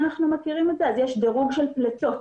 אז יש דירוג של פליטות.